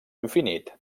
infinit